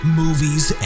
movies